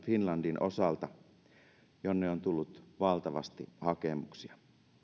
finlandin osalta jolle on tullut valtavasti hakemuksia